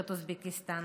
רפובליקת אוזבקיסטן.